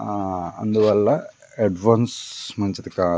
అందువల్ల headphones మంచిది కాదు